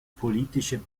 politische